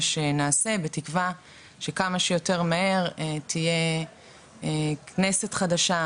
שנעשה בתקווה שכמה שיותר מהר תהיה כנסת חדשה,